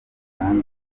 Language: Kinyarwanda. kandi